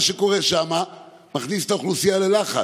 רק מה שקורה שם מכניס את האוכלוסייה ללחץ.